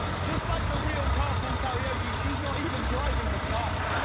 just like the real carpool karaoke, she's not even driving the car.